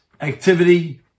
activity